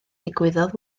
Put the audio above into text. digwyddodd